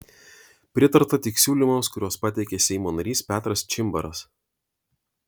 pritarta tik siūlymams kuriuos pateikė seimo narys petras čimbaras